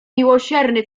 miłosierny